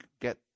get